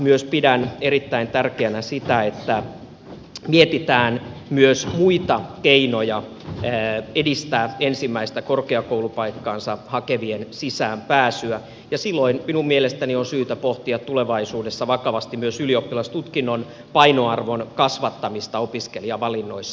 myös pidän erittäin tärkeänä sitä että mietitään myös muita keinoja edistää ensimmäistä korkeakoulupaikkaansa hakevien sisäänpääsyä ja silloin minun mielestäni on syytä pohtia tulevaisuudessa vakavasti myös ylioppilastutkinnon painoarvon kasvattamista opiskelijavalinnoissa